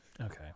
Okay